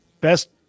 best –